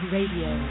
Radio